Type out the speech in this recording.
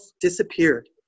disappeared